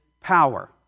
power